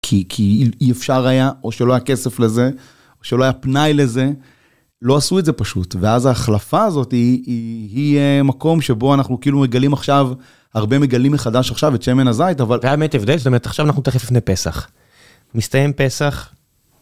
כי אי אפשר היה, או שלא היה כסף לזה, או שלא היה פנאי לזה, לא עשו את זה פשוט. ואז ההחלפה הזאת היא מקום שבו אנחנו כאילו מגלים עכשיו, הרבה מגלים מחדש עכשיו את שמן הזית, אבל... - זה היה באמת הבדל, זאת אומרת עכשיו אנחנו תכף לפני פסח. מסתיים פסח.